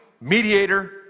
mediator